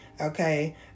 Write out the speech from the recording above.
Okay